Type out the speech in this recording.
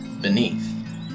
beneath